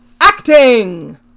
Acting